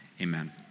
Amen